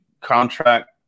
contract